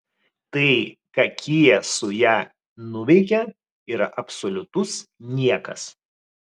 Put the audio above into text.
tai ką kia su ja nuveikia yra absoliutus niekas